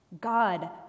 God